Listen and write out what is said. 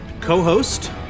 co-host